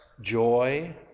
joy